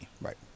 Right